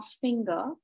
finger